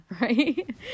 right